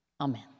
Amen